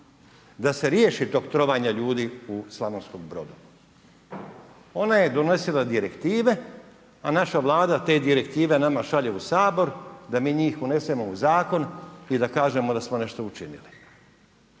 da se riješi tog trovanja ljudi u Slavonskom Brodu? Ona je donosila direktive a naša Vlada te direktive nama šalje u Sabor da mi njih unesemo u zakon i da kažemo da smo nešto učinili.